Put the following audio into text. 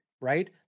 Right